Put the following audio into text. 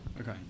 Okay